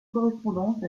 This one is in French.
correspondance